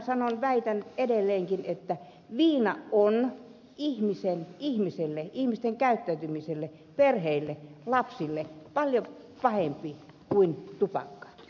minä väitän edelleenkin että viina on ihmiselle ihmisten käyttäytymiselle perheille lapsille paljon pahempi kuin tupakka